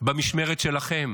במשמרת שלכם,